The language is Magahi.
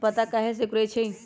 पत्ता काहे सिकुड़े छई?